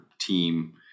team